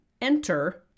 enter